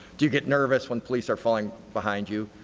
do you get nervous when police are following behind you?